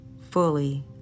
fully